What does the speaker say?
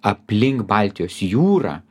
aplink baltijos jūrą